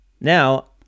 Now